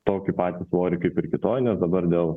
tokį patį svorį kaip ir kitoj nes dabar dėl